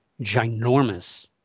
ginormous